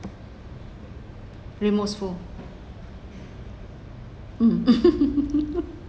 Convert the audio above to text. remorseful mm